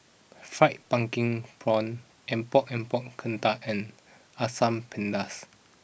Fried Pumpkin Prawn Epok Epok Kentang and Asam Pedas